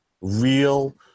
Real